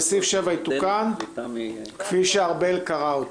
וסעיף 7 יתוקן, כפי שארבל קראה אותו.